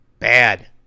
Bad